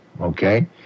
Okay